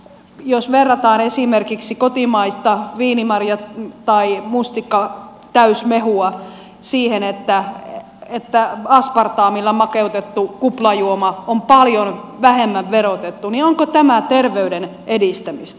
jos verrataan esimerkiksi kotimaista viinimarja tai mustikkatäysmehua siihen että aspartaamilla makeutettu kuplajuoma on paljon vähemmän verotettu niin onko tämä terveyden edistämistä